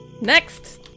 Next